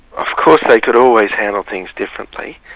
of course they could always handle things differently.